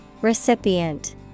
Recipient